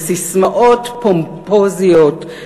בססמאות פומפוזיות,